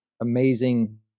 amazing